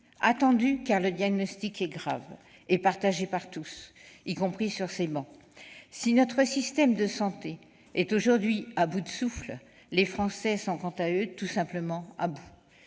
médecine, car le diagnostic est grave et partagé par tous, y compris sur ces travées. Si notre système de santé est aujourd'hui à bout de souffle, les Français sont, eux, tout simplement à bout.